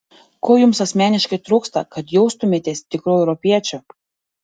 ko jums asmeniškai trūksta kad jaustumėtės tikru europiečiu